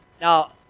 Now